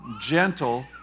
gentle